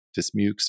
Dismukes